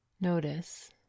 Notice